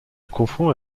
confond